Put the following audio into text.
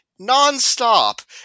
nonstop